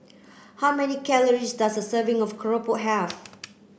how many calories does a serving of Keropok have